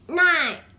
nine